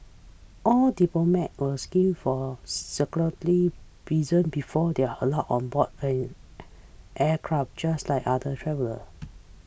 all diplomats were screened for security reasons before they are allowed on board an aircraft just like other travellers